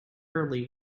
early